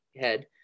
head